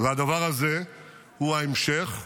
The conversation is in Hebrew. והדבר הזה הוא ההמשך.